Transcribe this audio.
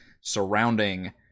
surrounding